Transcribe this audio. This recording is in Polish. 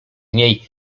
niej